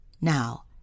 Now